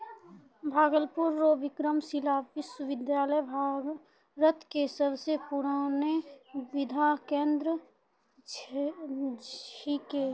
भागलपुर रो विक्रमशिला विश्वविद्यालय भारत के सबसे पुरानो विद्या केंद्र छिकै